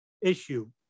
issue